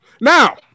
Now